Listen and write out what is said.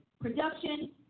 Production